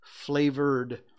flavored